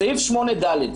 סעיף 8(ד).